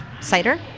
cider